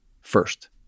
first